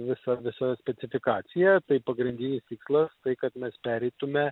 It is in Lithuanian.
visa visa specifikacija tai pagrindinis tikslas tai kad mes pereitume